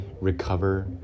recover